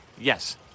yes